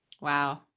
Wow